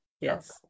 yes